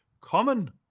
common